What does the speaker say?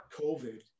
COVID